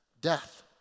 death